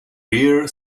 rear